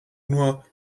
nur